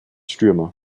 stürmer